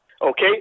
Okay